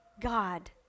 God